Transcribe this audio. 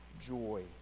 joy